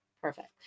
Perfect